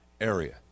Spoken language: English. area